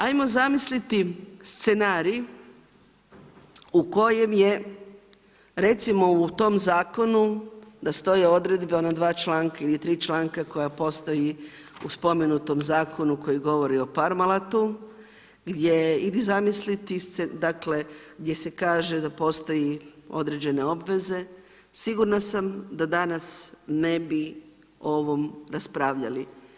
Ajmo zamisliti scenarij u kojem je recimo u tom zakonu da stoje odredbe, ona dva članka ili tri članka koji postoji u spomenutom zakonu koji govori o parmalatu gdje, ili zamisliti gdje se kaže da postoji određene obveze, sigurna sam da danas ne bi o ovom raspravljali.